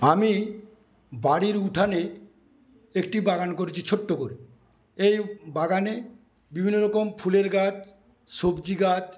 আমি বাড়ির উঠানে একটি বাগান করেছি ছোট্ট করে এই বাগানে বিভিন্ন রকম ফুলের গাছ সবজি গাছ